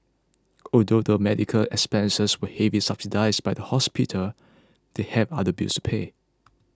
although the medical expenses were heavily subsidised by the hospital they had other bills to pay